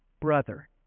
brother